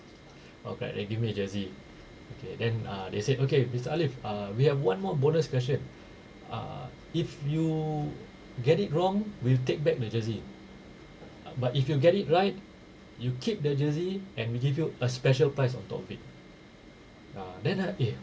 all correct then they gave me a jersey okay then uh they said okay mister alif uh we have one more bonus question ah if you get it wrong we'll take back the jersey but if you get it right you keep the jersey and we give you a special prize on top of it ah then I eh